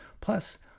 plus